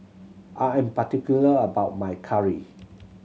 I am particular about my curry